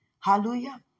Hallelujah